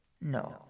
No